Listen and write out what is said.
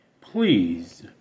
please